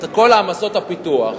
את כל העמסות הפיתוח,